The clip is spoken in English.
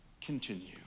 continue